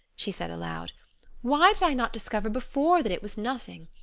she said aloud why did i not discover before that it was nothing.